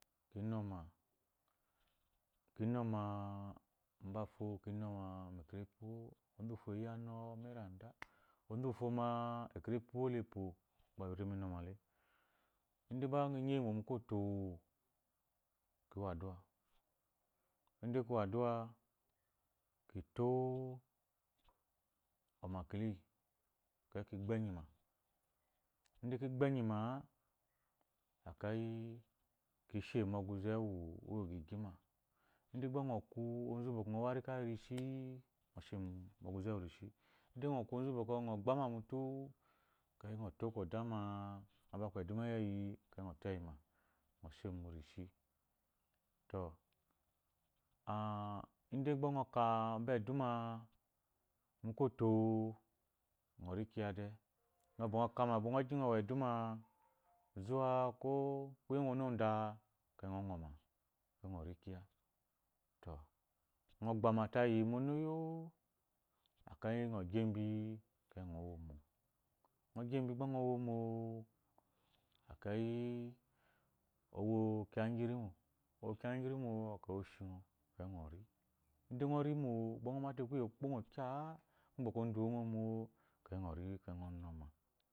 Mi noma mbafo ko ki nɔma mu ekarfi uwo onzu uwufo iya a nɔma a eranda onzu ma ekarpi uwolaepo gba lu re mu inɔma le ide ga kgɔ nyi eyi mo mu inɔmale ide gba kgɔ nyi eyi mo mu koto ki wo addua ide ki wo addua ki to omakili ekeyi ki gbo enyi ma ide ki gbo enyi ma ekeyi ki she mu ɔguze uwu gigima ide gba ngɔ onzu uwu bwɔkwɔ ewu arika iyi rishi ngɔ shemu oguze uwu rishi ngɔ ku onzu uwu bwɔkwɔ ngu gbama mutu ekeyi ngɔ to koda ma abaku eduma iyi eyi ekeye ngɔ to eyi ma ngo she mu rishi to ah ide gba ngɔ kah me eduma mu koto ngɔ ri kiya de ngɔ bwɔ ngɔ ka ngɔ gi ngɔ wo eduma zuwa ko kuye ugwu ɔnuda ekeyi ngɔ ngɔma ngɔ ri kiya to gbama tayi mu ɔgoyo ekeyi ngɔ gi embi ekeyi ngɔ womo ngɔ gi embi gba ngɔ womo ekeyi ngɔ ri ide ngɔ rimo ide ngɔ mate kuye ku gbo ngɔ kya ngwu odo uwongɔ mo ekeyi ngɔ ri ekeyi ngɔ noma